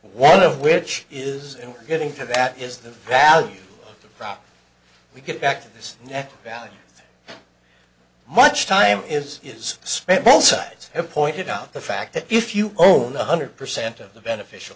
one of which is getting to that is the value prop we get back to this next value much time is is spent belsize have pointed out the fact that if you own one hundred percent of the beneficial